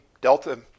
Delta